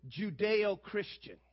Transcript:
Judeo-Christian